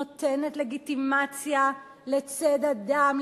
נותנת לגיטימציה לציד אדם,